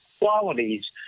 qualities